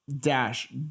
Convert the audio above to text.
Dash